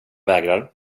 vägrar